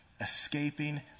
escaping